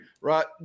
right